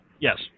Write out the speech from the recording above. Yes